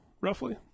roughly